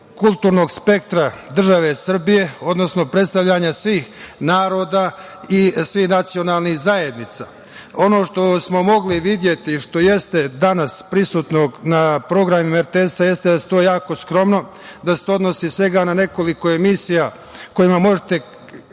kulturnog spektra države Srbije, odnosno predstavljanje svih naroda i svih nacionalnih zajednica. Ono što smo mogli videti, što jeste danas prisutno na programima RTS jeste da je to jako skromno, da se to odnosi svega na nekoliko njihovih emisija kojima možete